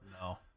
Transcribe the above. No